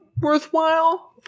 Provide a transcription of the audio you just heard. worthwhile